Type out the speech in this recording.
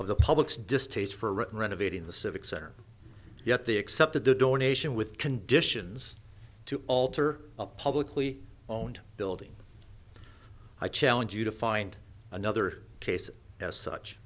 of the public's distaste for written renovating the civic center yet they accepted the donation with conditions to alter a publicly owned building i challenge you to find another case as such